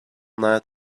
night